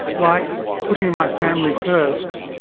like putting my family first,